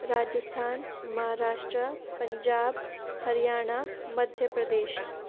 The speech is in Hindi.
राजस्थान महाराष्ट्र पंजाब हरियाणा मध्य प्रदेश